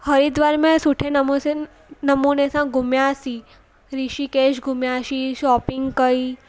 हरिद्वार में सुठे नमू से नमूने सां घुमियासीं ऋषिकेश घुमियासीं शॉपिंग कई